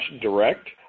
direct